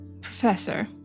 Professor